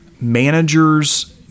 managers